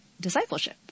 discipleship